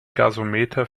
gasometer